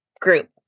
group